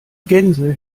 gänse